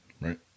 right